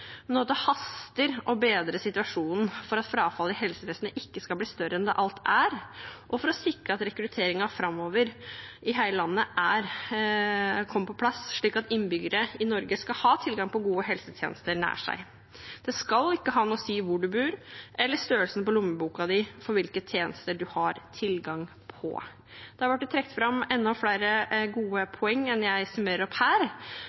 det haster med å bedre situasjonen for at frafallet i helsevesenet ikke skal bli større enn det alt er, og for å sikre at rekrutteringen framover kommer på plass i hele landet, slik at innbyggerne i Norge skal ha tilgang på gode helsetjenester nær seg. Hvor en bor, eller størrelsen på lommeboka, skal ikke ha noe å si for hvilke tjenester en har tilgang på. Det har blitt trukket fram enda flere gode poenger enn jeg summerer opp her,